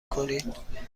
کنید